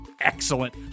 Excellent